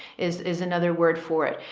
is, is another word for it.